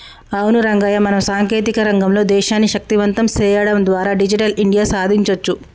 అవును రంగయ్య మనం సాంకేతిక రంగంలో దేశాన్ని శక్తివంతం సేయడం ద్వారా డిజిటల్ ఇండియా సాదించొచ్చు